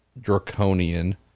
draconian